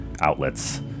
outlets